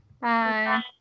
bye